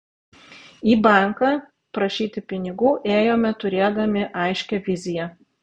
į banką prašyti pinigų ėjome turėdami aiškią viziją